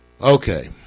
Okay